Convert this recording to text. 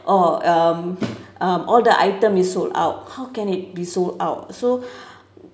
oh um um all the item is sold out how can it be sold out so